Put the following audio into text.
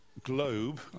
globe